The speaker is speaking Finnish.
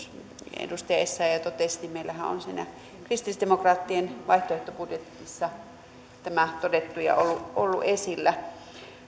edustaja essayah totesi meillähän on siinä kristillisdemokraattien vaihtoehtobudjetissa tämä todettu ja ollut esillä